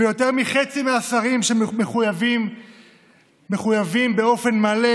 ויותר מחצי מהשרים מחויבים באופן מלא